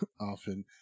often